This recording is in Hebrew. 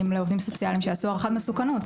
לעובדים סוציאליים שיעשו הערכת מסוכנות.